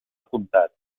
apuntat